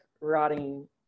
rotting